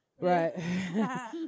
Right